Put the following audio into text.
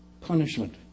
punishment